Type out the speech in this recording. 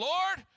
Lord